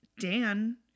Dan